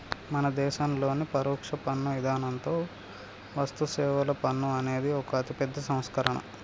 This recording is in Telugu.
మన దేసంలోని పరొక్ష పన్ను ఇధానంతో వస్తుసేవల పన్ను అనేది ఒక అతిపెద్ద సంస్కరణ